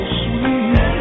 sweet